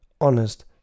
honest